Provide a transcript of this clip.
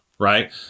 right